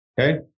Okay